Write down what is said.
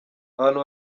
abantu